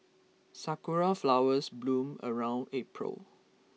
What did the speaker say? sakura flowers bloom around April